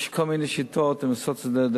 יש כל מיני שיטות לעשות את זה.